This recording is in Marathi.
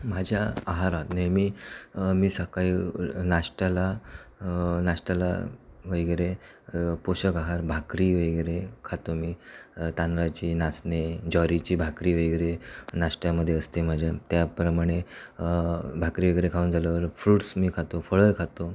माझ्या आहारात नेहमी मी सकाळी नाष्ट्याला नाष्ट्याला वगैरे पोषक आहार भाकरी वगैरे खातो मी तांदळाची नाचणी ज्वारीची भाकरी वगैरे नाष्ट्यामध्ये असते माझ्या त्याप्रमाणे भाकरी वगैरे खाऊन झाल्यावर फ्रुट्स मी खातो फळं खातो